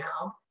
now